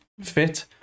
fit